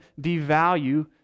devalue